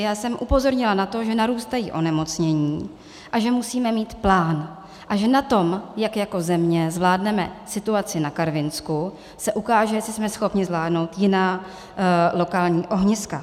Já jsem upozornila na to, že narůstají onemocnění a že musíme mít plán a že na tom, jak jako země zvládneme situaci na Karvinsku, se ukáže, jestli jsme schopni zvládnout jiná lokální ohniska.